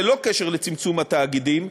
ללא קשר לצמצום מספר התאגידים,